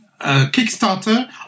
Kickstarter